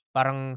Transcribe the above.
Parang